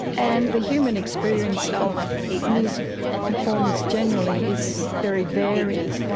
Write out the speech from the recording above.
and the human experience of music performance generally is very varied,